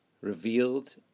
revealed